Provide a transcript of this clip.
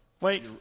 Wait